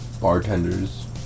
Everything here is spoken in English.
bartenders